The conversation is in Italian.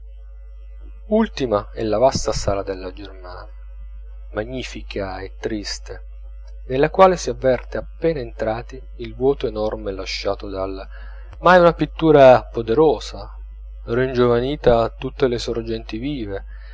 ultima è la vasta sala della germania magnifica e triste nella quale si avverte appena entrati il vuoto enorme lasciato dal kaulbach ma è una pittura poderosa ringiovanita a tutte le sorgenti vive